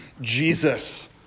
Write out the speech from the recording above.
Jesus